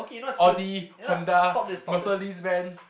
Audi Honda Mercedes Ben